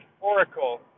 Oracle